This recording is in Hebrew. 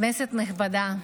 כנסת נכבדה,